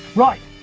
right,